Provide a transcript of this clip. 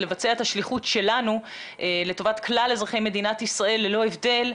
לבצע את השליחות שלנו לטובת כלל אזרחי מדינת ישראל ללא הבדל.